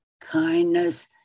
kindness